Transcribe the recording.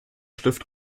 stift